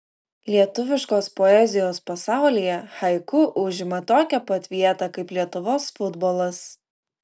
lietuviškos poezijos pasaulyje haiku užima tokią pat vietą kaip lietuvos futbolas